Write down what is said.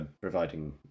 providing